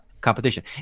competition